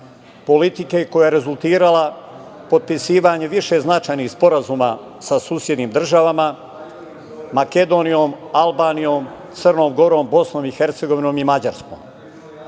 politike koja je rezultirala potpisivanjem više značajnih sporazuma sa susednim državama – Makedonijom, Albanijom, Crnom Gorom, BiH i Mađarskom. Između